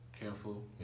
careful